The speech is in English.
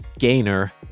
Gainer